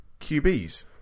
QBs